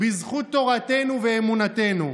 בזכות תורתנו ואמונתנו.